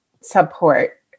support